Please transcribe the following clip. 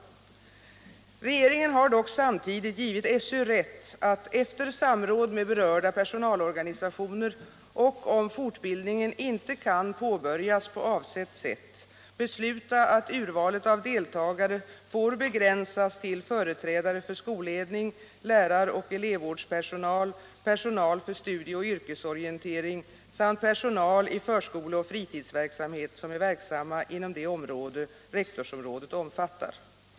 Regeringen har dock samtidigt givit SÖ rätt att, efter samråd med berörda personalorganisationer och om fortbildningen inte kan påbörjas på avsett sätt, besluta att urvalet av deltagare får begränsas till företrädare för skolledning, lärar och elevvårdspersonal, personal för studie och yrkesorientering samt personal i förskole och fritidsverksamhet som är verksamma inom det område rektorsområdet omfattar.